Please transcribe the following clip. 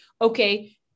okay